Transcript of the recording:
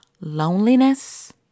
loneliness